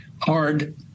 Hard